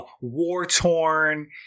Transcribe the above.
war-torn